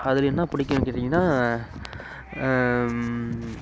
அதில் என்ன பிடிக்குன்னு கேட்டீங்கன்னால்